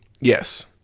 Yes